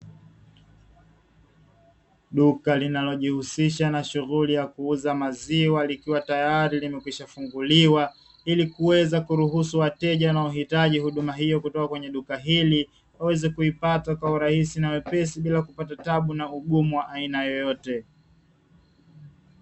Duka kama maziwa likiwa tayari limekwisha funguliwa, ili kukuweza kuruhusu wateja wanaohitaji huduma hiyo kutoka kwenye duka hili waweze kuipata kwa urahisi na wepesi, bila kupata taabu na ugumu wa aina yoyote.